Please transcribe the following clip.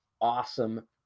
awesome